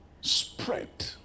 spread